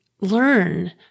learn